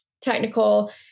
technical